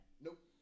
Nope